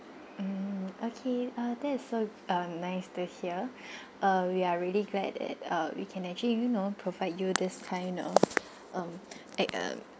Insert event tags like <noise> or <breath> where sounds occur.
mm okay uh that is so um nice to hear <breath> we are really glad at uh we can actually you know provide you this kind of um eh uh